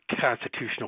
constitutional